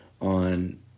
on